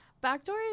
Backdoor